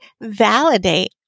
validate